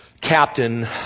Captain